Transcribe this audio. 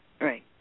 Right